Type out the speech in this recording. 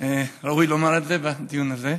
ראוי לומר את זה בדיון הזה,